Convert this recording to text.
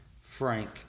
Frank